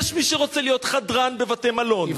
יש מי שרוצה להיות חדרן בבתי-מלון,